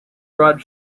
broad